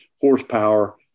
horsepower